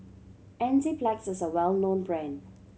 Enzyplex is a well known brand